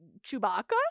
Chewbacca